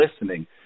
listening